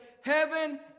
Heaven